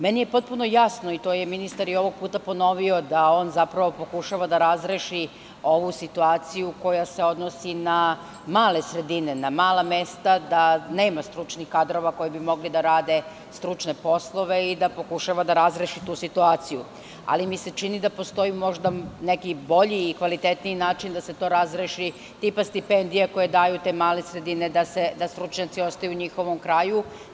Meni je potpuno jasno, i to je ministar ponovio, da on zapravo pokušava da razreši ovu situaciju koja se odnosi na male sredine, na mala mesta, da nema stručnih kadrova koji bi mogli da rade stručne poslove i da pokušava da razreši tu situaciju, ali mi se čini da postoji možda neki bolji i kvalitetniji način da se to razreši, tipa stipendije koje daju te male sredine da stručnjaci ostaju u njihovom kraju.